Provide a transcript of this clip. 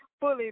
fully